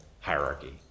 hierarchy